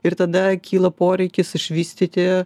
ir tada kyla poreikis išvystyti